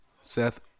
Seth